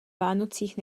vánocích